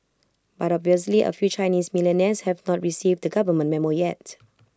but obviously A few Chinese millionaires have not received the government Memo yet